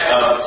up